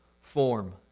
form